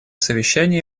совещание